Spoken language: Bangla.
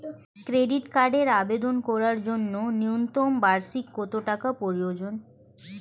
ক্রেডিট কার্ডের আবেদন করার জন্য ন্যূনতম বার্ষিক কত টাকা প্রয়োজন?